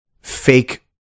fake